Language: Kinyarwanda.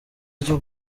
ryo